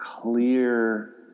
clear